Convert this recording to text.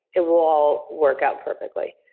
it will all work out perfectly.